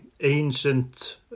ancient